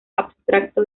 abstracto